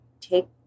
take